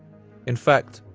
in fact,